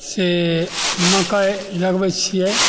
से मकै लगबैत छियै